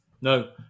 No